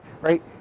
right